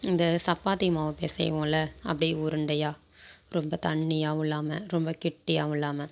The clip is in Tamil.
இந்த சப்பாத்தி மாவு பிசைவோம்ல அப்படி உருண்டையாக ரொம்ப தண்ணியாவும் இல்லாமல் ரொம்ப கெட்டியாகவும் இல்லாமல்